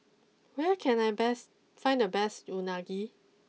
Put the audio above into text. where can I best find the best Unagi